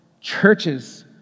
Churches